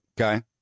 Okay